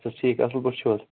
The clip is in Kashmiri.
تُہۍ چھو ٹھیٖک اصل پٲٹھۍ چھو حظ